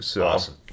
Awesome